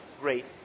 great